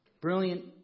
brilliant